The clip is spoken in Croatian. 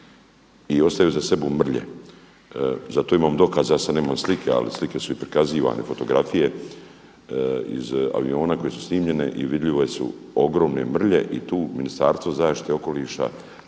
i ostavljaju iza sebe mrlje. Za to imam dokaz, za sada nemam slike ali slike su i prikazivane, fotografije iz aviona koje su snimljene i vidljive su ogromne mrlje i tu Ministarstvo zaštite okoliša